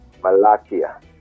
Malakia